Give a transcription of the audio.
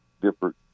different